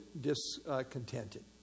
discontented